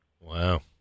Wow